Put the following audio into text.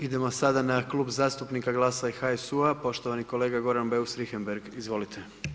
Idemo sada na Klub zastupnika GLAS-a i HSU-a, poštovani kolega Goran Beus Richembergh, izvolite.